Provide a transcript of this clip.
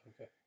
Okay